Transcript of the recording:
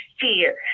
fear